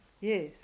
Yes